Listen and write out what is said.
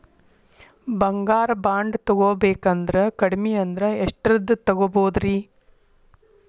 ಬಂಗಾರ ಬಾಂಡ್ ತೊಗೋಬೇಕಂದ್ರ ಕಡಮಿ ಅಂದ್ರ ಎಷ್ಟರದ್ ತೊಗೊಬೋದ್ರಿ?